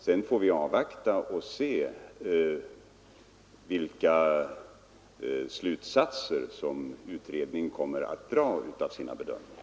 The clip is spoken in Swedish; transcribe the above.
Sedan får vi avvakta och se vilka slutsatser som utredningen kommer att dra av sina bedömningar.